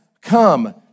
come